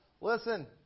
Listen